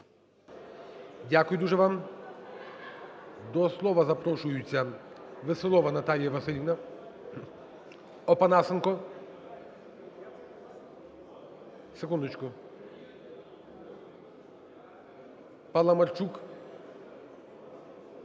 Дякую дуже вам. До слова запрошується Веселова Наталія Василівна. Опанасенко… Секундочку!